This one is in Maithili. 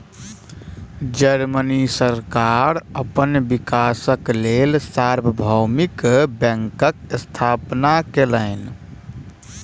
जर्मनी सरकार अपन विकासक लेल सार्वभौमिक बैंकक स्थापना केलक